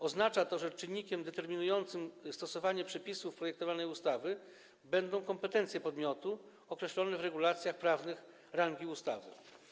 Oznacza to, że czynnikiem determinującym stosowanie przepisów projektowanej ustawy będą kompetencje podmiotu określone w regulacjach prawnych rangi ustawy.